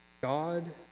God